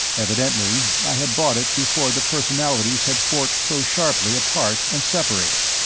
evidently i had bought it before the personalities had forked so sharply apart and separated,